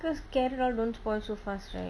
cause carrot all don't spoil so fast right